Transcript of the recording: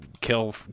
kill